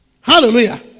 Hallelujah